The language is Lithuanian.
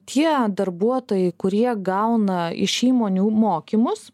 tie darbuotojai kurie gauna iš įmonių mokymus